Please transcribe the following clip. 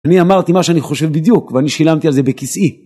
אני אמרתי מה שאני חושב בדיוק ואני שילמתי על זה בכסאי.